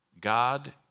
God